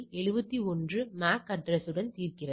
71 MAC address உடன் தீர்க்கிறது